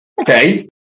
Okay